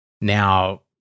Now